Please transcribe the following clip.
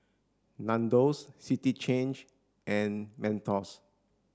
Nandos City Change and Mentos